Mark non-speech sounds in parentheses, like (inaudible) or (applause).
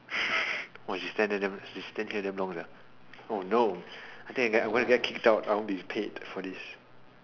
(laughs) !wah! she stand there she stand there damn long sia oh no I think I will get kicked out I won't be paid for this